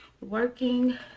working